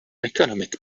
economic